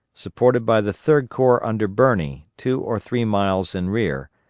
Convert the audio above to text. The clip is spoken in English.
supported by the third corps under birney, two or three miles in rear,